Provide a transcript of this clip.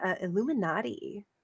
Illuminati